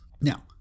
Now